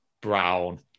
Brown